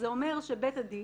זה אומר שבית הדין